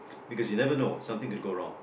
because you never know something can go wrong